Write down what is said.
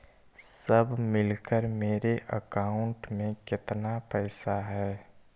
सब मिलकर मेरे अकाउंट में केतना पैसा है?